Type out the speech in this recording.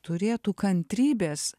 turėtų kantrybės